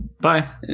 Bye